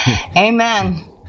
Amen